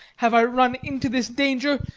have i run into this danger.